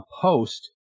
post